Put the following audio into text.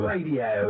Radio